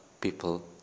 people